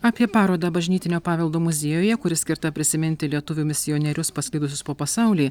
apie parodą bažnytinio paveldo muziejuje kuri skirta prisiminti lietuvių misionierius pasklidusius po pasaulį